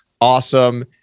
awesome